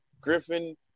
Griffin